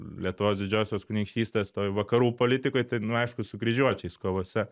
lietuvos didžiosios kunigaikštystės toj vakarų politikoj tai nu aišku su kryžiuočiais kovose